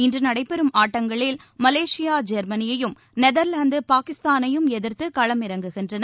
இன்றுநடைபெறும் ஆட்டங்களில் மலேஷியா ஜெர்மனியையும் நெதர்லாந்து பாகிஸ்தானையும் எதிர்த்துகளமிறங்குகின்றன